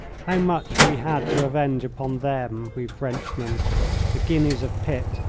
how much we had to avenge upon them, we frenchmen the guineas of pitt,